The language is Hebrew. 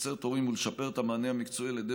לקצר תורים ולשפר את המענה המקצועי על ידי